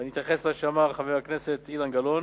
ואני אתייחס למה שאמר חבר הכנסת אילן גלאון,